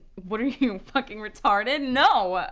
what are you, fucking retarded? no!